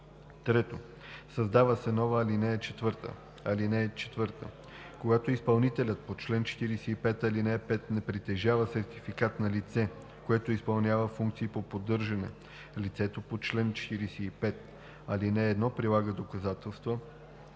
1.“ 3. Създава се нова ал. 4: „(4) Когато изпълнителят по чл. 45, ал. 5 не притежава сертификат на лице, което изпълнява функции по поддържане, лицето по чл. 45, ал. 1 прилага доказателства